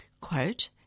Quote